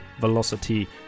velocity